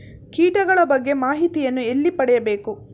ಕೀಟಗಳ ಬಗ್ಗೆ ಮಾಹಿತಿಯನ್ನು ಎಲ್ಲಿ ಪಡೆಯಬೇಕು?